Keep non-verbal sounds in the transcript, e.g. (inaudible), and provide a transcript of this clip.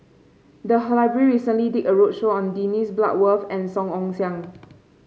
the (unintelligible) library recently did a roadshow on Dennis Bloodworth and Song Ong Siang